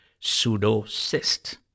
pseudocyst